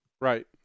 Right